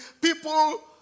people